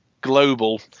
global